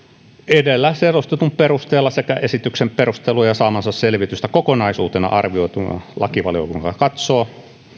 edellä selostetun perusteella sekä esityksen perusteluja ja saamaansa selvitystä kokonaisuutena arvioituaan lakivaliokunta katsoo